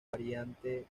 variante